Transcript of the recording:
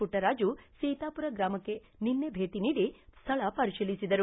ಮಟ್ಟರಾಜು ಸೀತಾಮರ ಗ್ರಾಮಕ್ಕೆ ನಿನ್ನೆ ಭೇಟಿ ನೀಡಿ ಸ್ಥಳ ಪರಿಶೀಲಿಸಿದರು